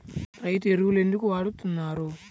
రైతు ఎరువులు ఎందుకు వాడుతున్నారు?